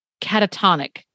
catatonic